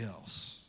else